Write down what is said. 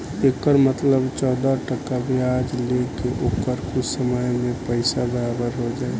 एकर मतलब चौदह टका ब्याज ले के ओकर कुछ समय मे पइसा बराबर हो जाई